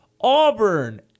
Auburn